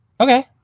Okay